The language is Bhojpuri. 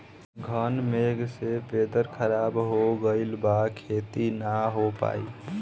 घन मेघ से वेदर ख़राब हो गइल बा खेती न हो पाई